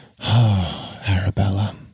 Arabella